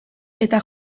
eta